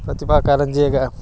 ಪ್ರತಿಭಾ ಕಾರಂಜಿಗ